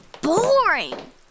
boring